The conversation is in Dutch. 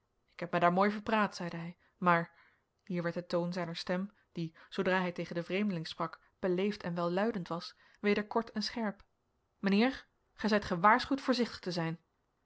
ik heb mij daar mooi verpraat zeide hij maar hier werd de toon zijner stem die zoodra hij tegen den vreemdeling sprak beleefd en welluidend was weder kort en scherp mijnheer gij zijt gewaarschuwd voorzichtig te zijn